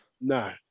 No